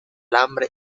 hambre